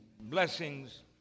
blessings